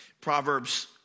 Proverbs